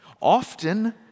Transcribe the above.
Often